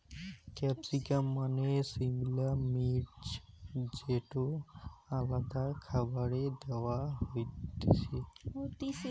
capsicum মানে সিমলা মির্চ যেটো আলাদা খাবারে দেয়া হতিছে